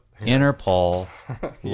Interpol